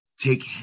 take